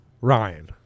Ryan